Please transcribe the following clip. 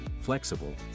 flexible